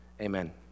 Amen